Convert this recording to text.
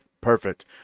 perfect